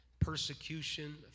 persecution